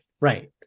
right